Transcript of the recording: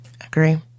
agree